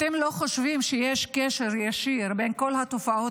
אתם לא חושבים שיש קשר ישיר בין כל התופעות